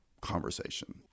conversation